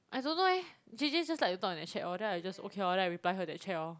I don't know eh Jay Jay just like to talk in that chat then I just okay lorh then I'd like reply her that chat lor